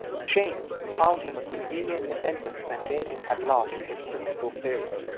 james found him a convenient attendant, and made him, at last, his principal favorite.